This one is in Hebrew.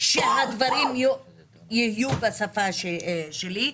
שהדברים יהיו בשפה שלי.